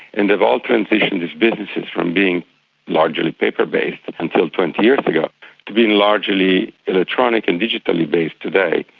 and they've all transitioned their businesses from being largely paper based until twenty years ago to being largely electronic and digitally based today.